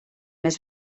més